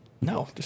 No